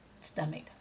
stomach